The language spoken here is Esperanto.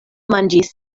manĝis